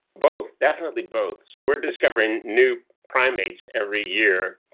both, definitely both. so we are discovering new primates every year,